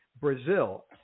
Brazil